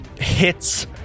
hits